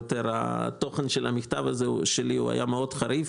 התוכן של המכתב שלי היה מאוד חריף.